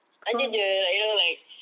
saje jer like you know like